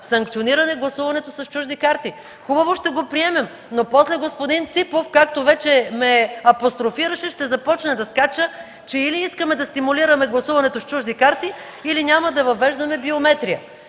санкциониране гласуването с чужди карти? Хубаво, ще го приемем, но после господин Ципов, както вече ме апострофираше, ще започне да скача, че или искаме да стимулираме гласуването с чужди карти, или няма да въвеждаме биометрия.